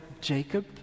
Jacob